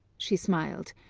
she smiled,